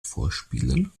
vorspielen